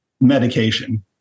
medication